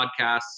podcasts